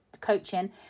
coaching